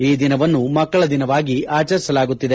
ಈ ದಿನವನ್ನು ಮಕ್ಕಳ ದಿನವಾಗಿ ಆಚರಿಸಲಾಗುತ್ತಿದೆ